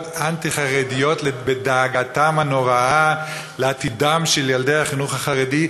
אנטי-חרדיות בדאגתן הנוראה לעתידם של ילדי החינוך החרדי,